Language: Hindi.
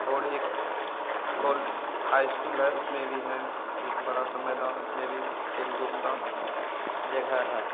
और एक ओल हाई इस्कूल है उसमें भी है एक बड़ा सा मैदान उसमें भी खेल धूप की जगह है